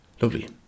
Lovely